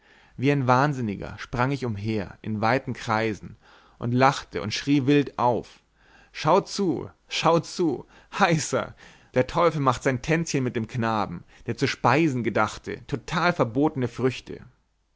wie ein wahnsinniger sprang ich umher in weiten kreisen und lachte und schrie wild auf schaut zu schaut zu heisa der teufel macht sein tänzchen mit dem knaben der zu speisen gedachte total verbotene früchte